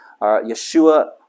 Yeshua